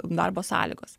darbo sąlygos